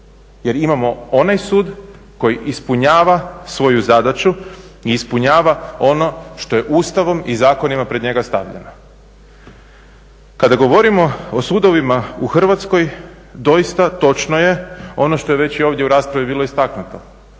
jer imamo onaj sud koji ispunjava svoju zadaću i ispunjava ono što je Ustavom i zakonima pred njega stavljeno. Kada govorimo o sudovima u Hrvatskoj doista točno je ono što je već i ovdje u raspravi bilo istaknuto,